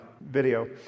video